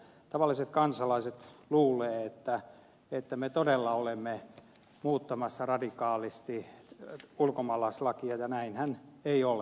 tavalliset kansalaiset luulevat että me todella olemme muuttamassa radikaalisti ulkomaalaislakia ja näinhän ei ole